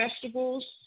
vegetables